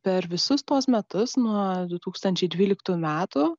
per visus tuos metus nuo du tūkstančiai dvyliktų metų